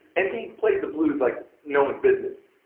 and he plays the blues like no one's business,